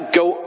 go